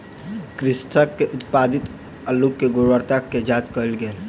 कृषक के उत्पादित अल्लु के गुणवत्ता के जांच कएल गेल